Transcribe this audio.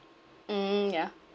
mm ya